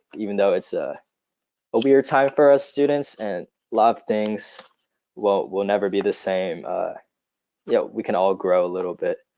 even though it's ah a weird time for our students, and a lot of things will will never be the same. yeah we can all grow a little bit.